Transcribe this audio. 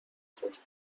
خورد